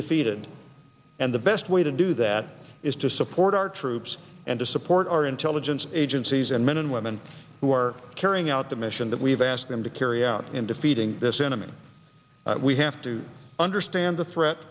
defeated and the best way to do that is to support our troops and to support our intelligence agencies and men and women who are carrying out the mission that we've asked them to carry out in defeating this enemy we have to understand the threat